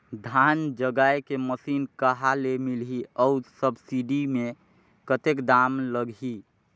धान जगाय के मशीन कहा ले मिलही अउ सब्सिडी मे कतेक दाम लगही?